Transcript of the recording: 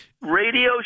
Radio